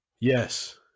Yes